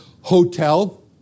hotel